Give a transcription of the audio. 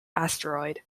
asteroid